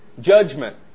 Judgment